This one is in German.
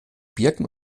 birken